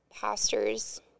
pastors